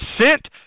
sent